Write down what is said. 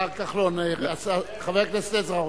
השר כחלון, חבר הכנסת עזרא רוצה.